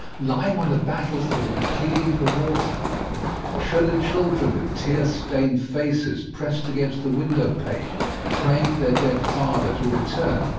lying on the battlefield pleading for water show the children with tear-stained faces pressed against the window pane praying for their dead father to return.